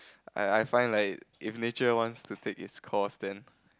I I find like if nature wants to take it's course then